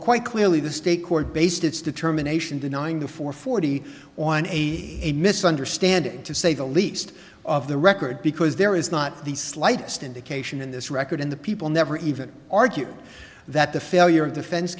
quite clearly the state court based its determination denying the four forty one a a misunderstanding to say the least of the record because there is not the slightest indication in this record and the people never even argue that the failure of defense